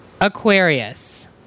Aquarius